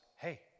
hey